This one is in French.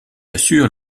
assure